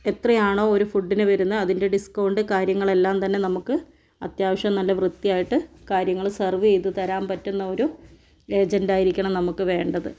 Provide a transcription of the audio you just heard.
എത്രയാണോ ഒരു ഫുഡ്ഡിന് വരുന്നത് അതിൻ്റെ ഡിസ്ക്കൗണ്ട് കാര്യങ്ങളെല്ലാം തന്നെ നമുക്ക് അത്യാവശ്യം നല്ല വൃത്തിയായിട്ട് കാര്യങ്ങൾ സെർവ്വ് ചെയ്ത് തരാൻ പറ്റുന്ന ഒരു ഏജൻ്റായിരിക്കണം നമുക്ക് വേണ്ടത്